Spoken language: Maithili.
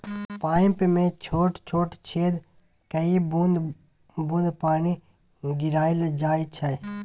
पाइप मे छोट छोट छेद कए बुंद बुंद पानि गिराएल जाइ छै